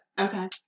Okay